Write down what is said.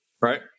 right